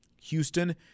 Houston